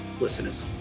listeners